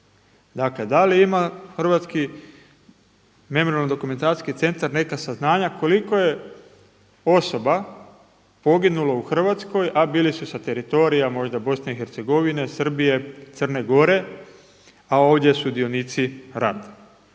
Dakle da li ima Hrvatski memorijalno-dokumentacijski centar neka saznanja koliko je osoba poginulo u Hrvatskoj, a bili su sa teritorija možda BiH, Srbije, Crne Gore, a ovdje sudionici rata.